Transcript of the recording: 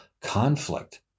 conflict